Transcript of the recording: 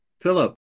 Philip